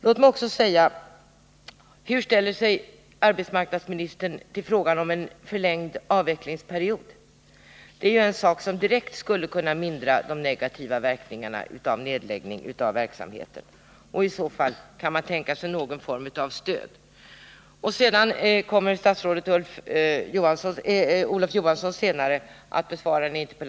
Låt mig också säga: Hur ställer sig arbetsmarknadsministern till frågan om en förlängd avvecklingsperiod? Det är ju en sak som direkt skulle kunna mildra de negativa verkningarna av en nedläggning av verksamheten. Statsrådet Olof Johansson kommer senare att besvara en interpellation om ökad satsning på den statliga verksamheten.